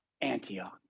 Antioch